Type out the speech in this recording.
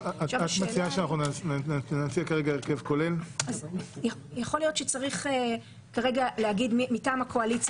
יכול להיות שצריך לומר מטעם הקואליציה,